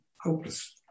hopeless